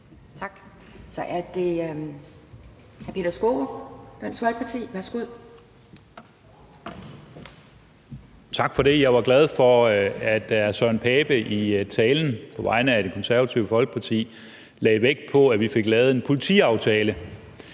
Kl. 16:22 Peter Skaarup (DF): Tak for det. Jeg er glad for, at hr. Søren Pape Poulsen i talen på vegne af Det Konservative Folkeparti lagde vægt på, at vi fik lavet en politiaftale.